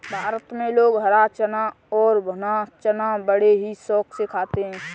भारत में लोग हरा चना और भुना चना बड़े ही शौक से खाते हैं